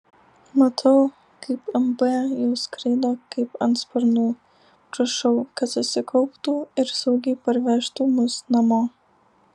matau kaip mb jau skraido kaip ant sparnų prašau kad susikauptų ir saugiai parvežtų mus namo